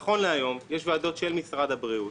נכון להיום, יש ועדות של משרד הבריאות